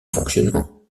fonctionnement